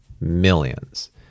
millions